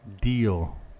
deal